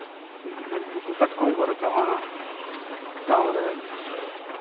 ᱩᱱᱠᱩ ᱠᱟᱴᱠᱚᱢ ᱠᱚ ᱨᱟᱠᱟᱵᱟ ᱛᱟᱨᱯᱚᱨᱮ